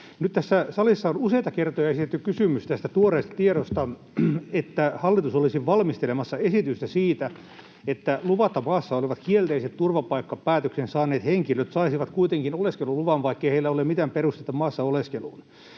Nyt tässä salissa on useita kertoja esitetty kysymys tästä tuoreesta tiedosta, että hallitus olisi valmistelemassa esitystä siitä, että luvatta maassa olevat kielteisen turvapaikkapäätöksen saaneet henkilöt saisivat kuitenkin oleskeluluvan, vaikkei heillä ole mitään perustetta maassa oleskeluun.